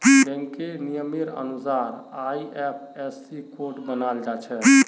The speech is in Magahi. बैंकेर नियमेर अनुसार आई.एफ.एस.सी कोड बनाल जाछे